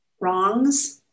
wrongs